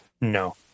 no